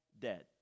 dead